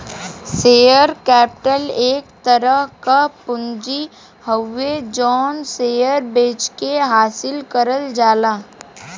share capital एक तरह क पूंजी हउवे जौन शेयर बेचके हासिल करल जाला